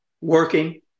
working